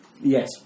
Yes